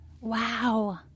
wow